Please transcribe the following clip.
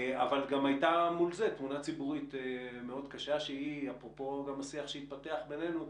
גם הייתה מול זה תמונה ציבורית מאוד קשה שאפרופו גם השיח שהתפתח בינינו,